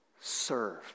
serve